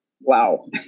Wow